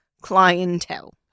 clientele